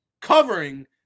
covering